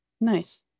Nice